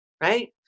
Right